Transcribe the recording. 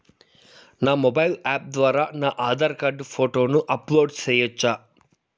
నా mobile app ద్వారా నా ఆధార్ కార్డు ఫోటోను అప్లోడ్ సేయొచ్చా?